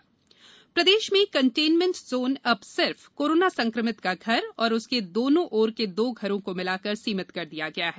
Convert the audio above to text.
corona containment प्रदेश में containment zone अब सिर्फ कोरोना संक्रमित का घर और उसके दोनों ओर के दो घरों को मिलाकर सीमित कर दिया गया है